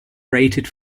rated